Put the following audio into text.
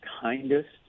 kindest